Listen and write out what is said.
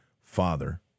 father